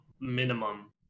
minimum